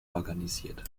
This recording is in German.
organisiert